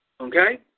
okay